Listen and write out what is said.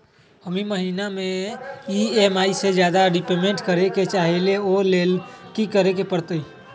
हम ई महिना में ई.एम.आई से ज्यादा रीपेमेंट करे के चाहईले ओ लेल की करे के परतई?